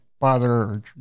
father